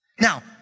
Now